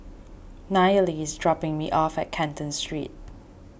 Nayeli is dropping me off at Canton Street